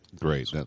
Great